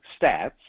stats